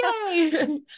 Yay